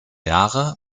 jahre